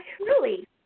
truly